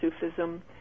Sufism